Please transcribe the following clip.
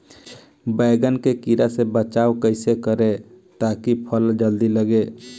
बैंगन के कीड़ा से बचाव कैसे करे ता की फल जल्दी लगे?